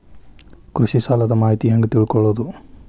ಕೃಷಿ ಸಾಲದ ಮಾಹಿತಿ ಹೆಂಗ್ ತಿಳ್ಕೊಳ್ಳೋದು?